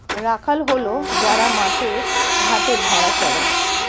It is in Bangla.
রাখাল হল যারা মাঠে ঘাটে ভেড়া চড়ায়